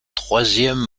troisième